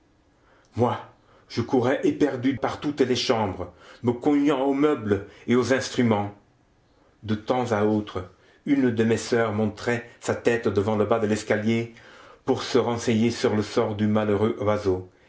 moi je courais éperdu par toutes les chambres me cognant aux meubles et aux instruments de temps à autre une de mes soeurs montrait sa tête devant le bas de l'escalier pour se renseigner sur le sort du malheureux oiseau